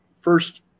first